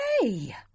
Hey